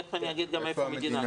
גם איפה המדינה,